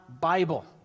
Bible